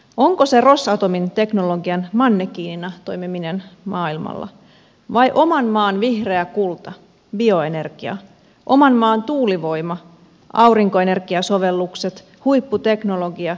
onko se rosatomin teknologian mannekiinina toimiminen maailmalla vai oman maan vihreä kulta bioenergia oman maan tuulivoima aurinkoenergiasovellukset huipputeknologia ja energiatehokkuus